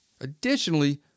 Additionally